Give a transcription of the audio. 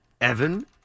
Evan